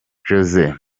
jose